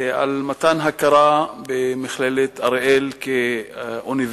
על מתן הכרה במכללת אריאל כאוניברסיטה,